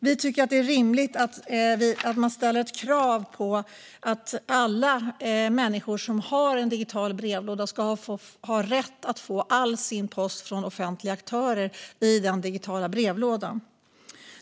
Vi tycker att det är rimligt att ställa krav på att alla människor som har en digital brevlåda ska ha rätt att få all sin post från offentliga aktörer i den brevlådan.